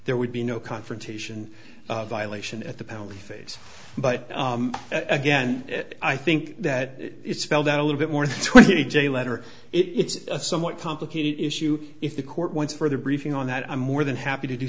there would be no confrontation violation at the penalty phase but again i think that it's spelled out a little bit more than twenty j letter it's a somewhat complicated issue if the court wants further briefing on that i'm more than happy to do